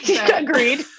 Agreed